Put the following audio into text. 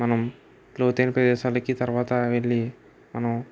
మనం లోతైన ప్రదేశాలకి తర్వాత వెళ్ళి మనం